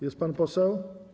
Jest pan poseł?